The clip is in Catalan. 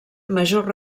major